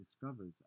discovers